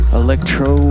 electro